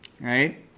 Right